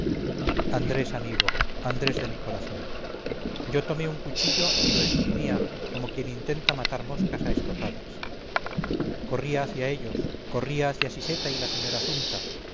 andrés amigo andrés de mi corazón yo tomé un cuchillo y lo esgrimía como quien intenta matar moscas a estocadas corría hacia ellos corría hacia siseta y la señora sumta